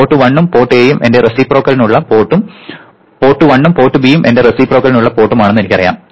port 1 ഉം port A ഉം എൻറെ റെസിപ്രൊക്കലിനുള്ള പോർട്ടും പോർട്ട് 1 ഉം പോർട്ട് ബി യും എൻറെ റെസിപ്രൊക്കലിനുള്ള പോർട്ടും ആണെന്ന് എനിക്കറിയാം